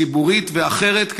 ציבורית ואחרת,